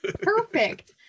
Perfect